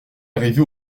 arrivé